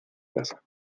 casa